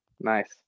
Nice